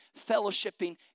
fellowshipping